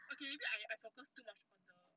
okay is it I focus too much on the